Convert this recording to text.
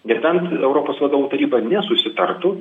nebent europos vadovų taryba nesusitartų